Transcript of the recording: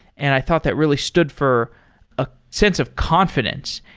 and i thought that really stood for a sense of confidence,